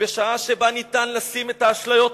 בשעה שבה ניתן לשים בצד את האשליות,